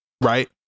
right